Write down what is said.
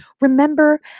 Remember